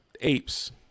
apes